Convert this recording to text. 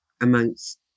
amongst